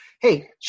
Hey